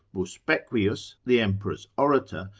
busbequius, the emperor's orator,